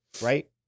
right